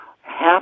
Half